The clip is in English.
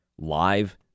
live